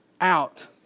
out